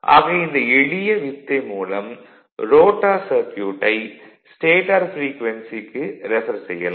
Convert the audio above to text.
ஆக இந்த எளிய வித்தை மூலம் ரோட்டார் சர்க்யூட்டை ஸ்டேடார் ப்ரீக்வென்சிக்கு ரெஃபர் செய்யலாம்